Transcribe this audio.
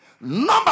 Number